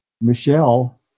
Michelle